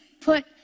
put